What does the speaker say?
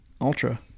ultra